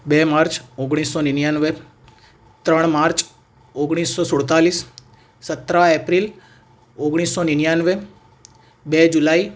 બે માર્ચ ઓગણીસસો નિનયાન્વે ત્રણ માર્ચ ઓગણીસસો સુડતાલીસ સત્તર એપ્રિલ ઓગણીસસો નિનયાન્વે બે જુલાઇ